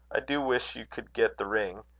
i do wish you could get the ring.